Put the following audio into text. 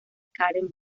karen